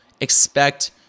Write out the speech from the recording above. expect